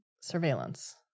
surveillance